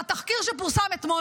והתחקיר שפורסם אתמול,